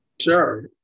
Sure